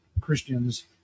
Christians